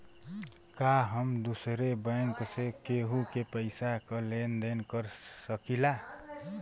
का हम दूसरे बैंक से केहू के पैसा क लेन देन कर सकिला?